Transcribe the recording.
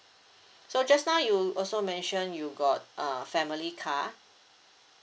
so just now you also mention you got uh family car